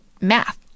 Math